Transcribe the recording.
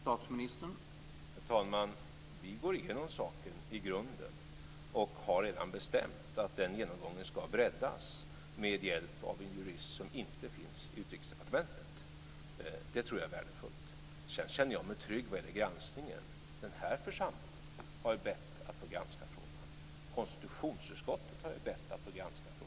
Herr talman! Vi går igenom saken i grunden och har redan bestämt att den genomgången ska breddas med hjälp av en jurist som inte finns i Utrikesdepartementet. Det tror jag är värdefullt. Sedan känner jag mig trygg vad gäller granskningen. Den här församlingen har ju bett att få granska frågan och även konstitutionsutskottet har bett att få granska frågan.